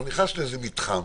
הוא נכנס לאיזה מתחם